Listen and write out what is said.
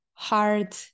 hard